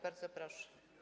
Bardzo proszę.